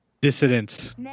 dissidents